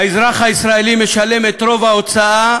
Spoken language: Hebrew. האזרח הישראלי משלם את רוב ההוצאה